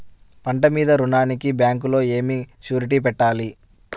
పంట మీద రుణానికి బ్యాంకులో ఏమి షూరిటీ పెట్టాలి?